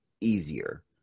easier